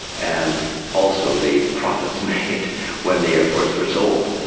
and also the profits made when the airports were sold.